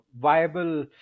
viable